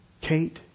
Kate